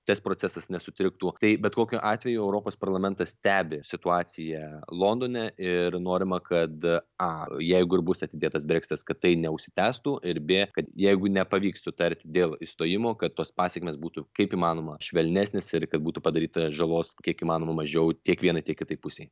tas procesas nesutriktų tai bet kokiu atveju europos parlamentas stebi situaciją londone ir norima kad a jeigu ir bus atidėtas breksitas kad tai neužsitęstų ir b kad jeigu nepavyks sutarti dėl išstojimo kad tos pasekmės būtų kaip įmanoma švelnesnės ir kad būtų padaryta žalos kiek įmanoma mažiau tiek vienai tiek kitai pusei